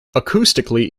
acoustically